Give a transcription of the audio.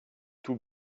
tout